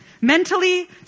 mentally